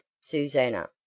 Susanna